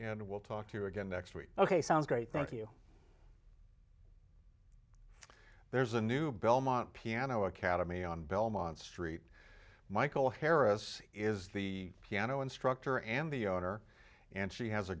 and we'll talk to you again next week ok sounds great thank you there's a new belmont piano academy on belmont street michael harris is the piano instructor and the owner and she has a